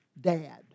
dad